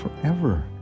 forever